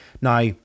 Now